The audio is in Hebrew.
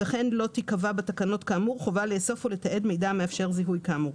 וכן לא תיקבע בתקנות כאמור חובה לאסוף או לתעד מידע המאפשר זיהוי כאמור.